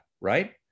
right